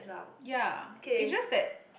ya it's just that